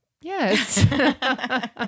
yes